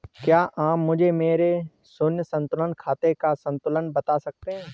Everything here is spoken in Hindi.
क्या आप मुझे मेरे शून्य संतुलन खाते का संतुलन बता सकते हैं?